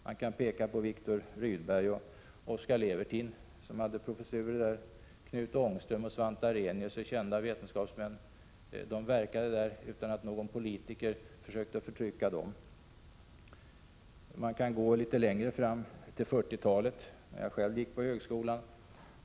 Man kan peka på Viktor Rydberg och Oscar Levertin, som hade professurer där. Knut Ångström och Svante Arrhenius är kända vetenskapsmän som verkat där utan att någon politiker försökt förtrycka dem. Man kan gå litet längre fram, till 1940-talet när jag själv gick på högskolan.